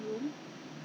eh how come your brother